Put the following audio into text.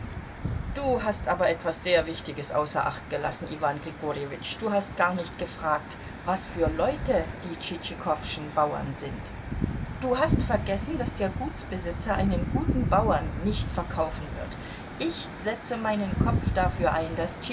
du hast aber etwas sehr wichtiges außer acht gelassen iwan grigorjewitsch du hast gar nicht gefragt was für leute die tschitschikowschen bauern sind du hast vergessen daß der gutsbesitzer einen guten bauern nicht verkaufen wird ich setze meinen kopf dafür ein daß